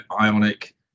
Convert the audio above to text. Ionic